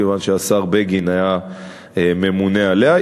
כיוון שהשר בגין היה ממונה עליה.